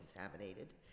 contaminated